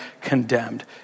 condemned